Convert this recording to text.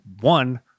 one